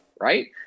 right